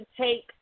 take